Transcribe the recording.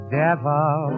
devil